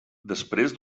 després